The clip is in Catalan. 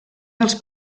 dels